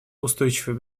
устойчивой